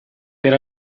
per